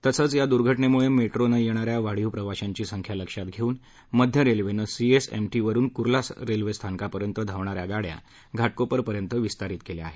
तसंच या दर्घटनेमुळे मेट्रोनं येणा या वाढीव प्रवाशांची संख्या लक्षात घेऊन मध्य रेल्वेनं सीएसएमटी वरुन कुर्ला स्थानकापर्यंत धावणा या गाड्या घाटकोपर पर्यंत विस्तारीत केल्या आहेत